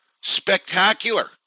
spectacular